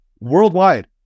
worldwide